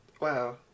Wow